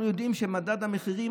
אנחנו יודעים שמדד המחירים,